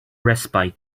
respite